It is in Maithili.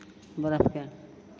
बरफके